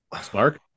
Spark